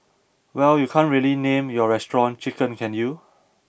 well you can't really name your restaurant Chicken can you